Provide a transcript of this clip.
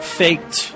faked